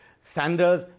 Sanders